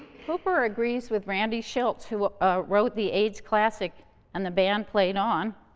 hooper agrees with randy shilts, who ah ah wrote the aids classic and the band played on.